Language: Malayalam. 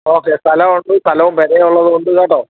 ഓക്കെ സ്ഥലം ഉണ്ട് സ്ഥലവും പെരയും ഉള്ളതും ഉണ്ട് കേട്ടോ